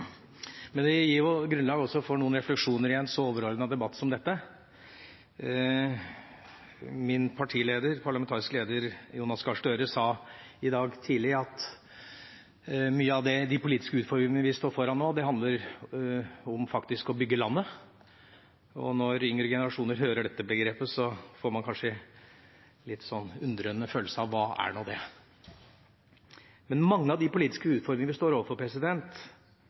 men det gir også grunnlag for noen refleksjoner i en så overordnet debatt som dette. Min partileder, parlamentarisk leder Jonas Gahr Støre, sa i dag tidlig at mye av de politiske utfordringene vi står foran nå, handler om å bygge landet. Når yngre generasjoner hører dette begrepet, får de kanskje en litt undrende følelse av «hva er nå det?». Men mange av de politiske utfordringene vi står overfor,